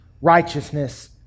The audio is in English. righteousness